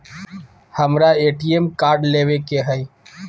हमारा ATM card लेव के हई